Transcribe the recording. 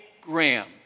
Graham